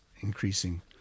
increasing